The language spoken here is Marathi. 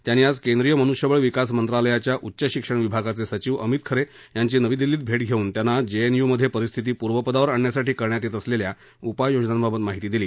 त्यांनी आज केंद्रीय मनुष्यबळ विकास मंत्रालयाच्या उच्च शिक्षण विभागाचे सचिव अमित खरे यांची नवी दिल्लीत भेट घेऊन त्यांना जे एन यू मध्ये परिस्थिती पूर्वपदावर आणण्यासाठी करण्यात येत असलेल्या उपाययोजनांबाबत माहिती दिली